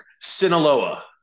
Sinaloa